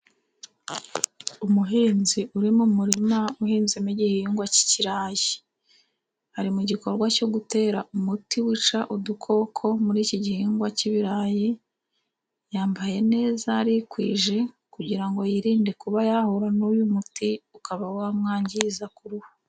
Umuhinzi uri mu murima uhinzemo igihingwa cy'ikirayi, ari mu gikorwa cyo gutera umuti wica udukoko murì iki gihingwa cy'ibirayi, yambaye neza arikwije kugirango yirinde kuba yahura n'uyu muti ukaba wamwangiza ku ruhu.